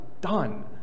done